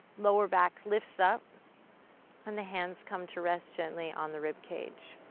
lower back lifts up and the hands come to rest gently on the rib cage.